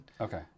Okay